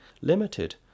limited